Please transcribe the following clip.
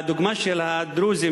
הדוגמה של הדרוזים,